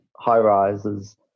high-rises